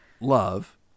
love